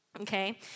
okay